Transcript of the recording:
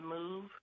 move